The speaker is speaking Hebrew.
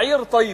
העיר טייבה,